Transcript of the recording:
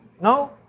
No